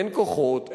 אין כוחות,